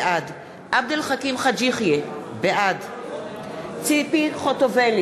בעד עבד אל חכים חאג' יחיא, בעד ציפי חוטובלי,